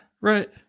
Right